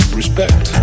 respect